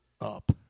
up